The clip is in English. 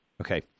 okay